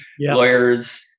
Lawyers